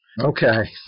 Okay